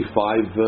five